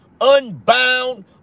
unbound